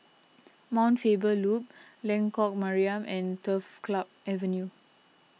Mount Faber Loop Lengkok Mariam and Turf Club Avenue